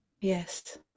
yes